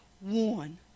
one